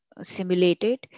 simulated